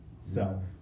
self